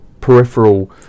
peripheral